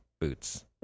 boots